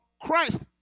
Christ